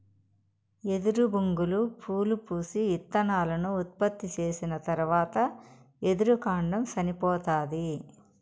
ఎదురు బొంగులు పూలు పూసి, ఇత్తనాలను ఉత్పత్తి చేసిన తరవాత ఎదురు కాండం సనిపోతాది